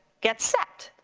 get set,